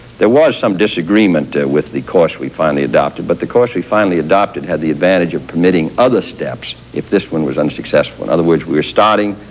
there was some disagreement with the course we finally adopted, but the course we finally adopted had the advantage of permitting other steps if this one was unsuccessful. in other words, we're starting,